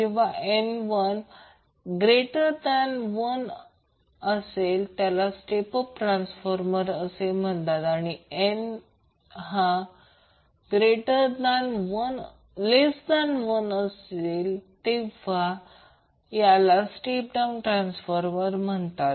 जेव्हा n 1 याला step up transformer असे म्हणतात आणि जेव्हा n 1 तेव्हा याला स्टेप डाउन ट्रान्सफॉर्मर म्हणतात